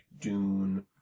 Dune